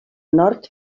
nord